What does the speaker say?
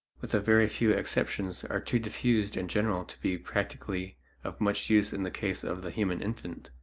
with a very few exceptions are too diffused and general to be practically of much use in the case of the human infant.